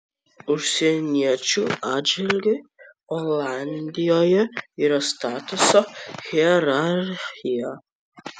užsieniečių atžvilgiu olandijoje yra statuso hierarchija